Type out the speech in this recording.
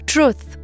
Truth